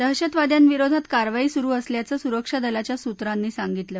दहशतवाद्यांविरोधात कारवाई सुरु असल्याचं सुरक्षा दलाच्या सूत्रांनी सांगितलं